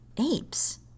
Apes